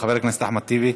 חבר הכנסת אחמד טיבי.